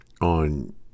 on